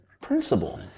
principle